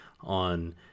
on